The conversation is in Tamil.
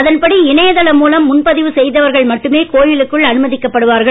அதன்படி இணையதளம்மூலம்முன்பதிவுசெய்தவர்கள்மட்டுமேகோவிலுக்குள்அனும கிக்கப்படுவார்கள்